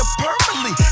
permanently